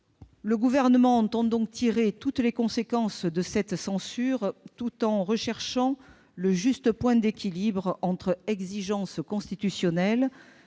Le Gouvernement entend donc tirer toutes les conséquences de cette censure, tout en recherchant le juste point d'équilibre entre exigences constitutionnelles,